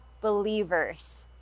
believers